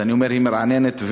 אז אני אומר, היא מרעננת ומבורכת,